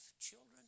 children